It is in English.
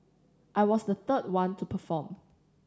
I was the third one to perform